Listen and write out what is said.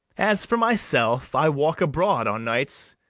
as for myself, i walk abroad o' nights,